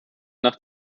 nach